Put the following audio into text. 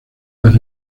las